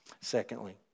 Secondly